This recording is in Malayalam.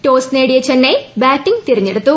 ടോസ് നേടിയ ചെന്നൈ ബാറ്റിങ് തെരഞ്ഞെടുത്തു